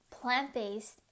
plant-based